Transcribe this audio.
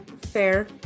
fair